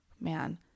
man